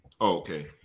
Okay